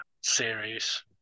series